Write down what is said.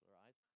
right